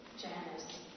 Janice